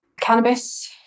Cannabis